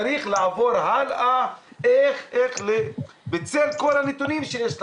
צריך לעבור הלאה, בצל הנתונים שיש לנו,